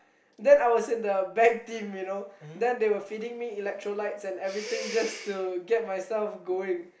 then I was in a back team you know then they were feeding me electrolytes and everything just to get myself going